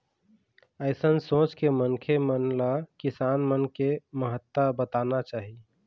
अइसन सोच के मनखे मन ल किसान मन के महत्ता बताना चाही